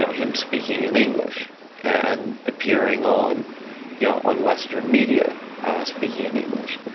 so him speaking in english and appearing on you know on western media speaking in english.